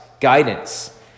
guidance